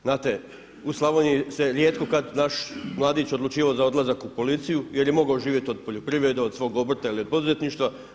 Znate, u Slavoniji se rijetko kad naš mladić odlučivao za odlazak u policiju jer je mogao živjeti od poljoprivrede, od svog obrta ili od poduzetništva.